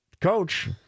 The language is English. coach